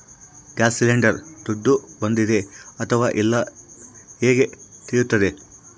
Gas cylinder ದುಡ್ಡು ಬಂದಿದೆ ಅಥವಾ ಇಲ್ಲ ಹೇಗೆ ತಿಳಿಯುತ್ತದೆ?